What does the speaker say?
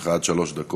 יש לך עד שלוש דקות.